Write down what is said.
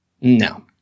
No